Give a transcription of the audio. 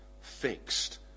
fixed